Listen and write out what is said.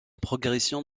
progression